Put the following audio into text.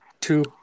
two